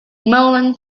merlin